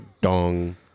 dong